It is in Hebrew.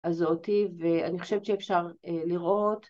‫אז זה אותי, ואני חושבת ‫שאפשר לראות.